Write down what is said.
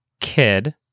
kid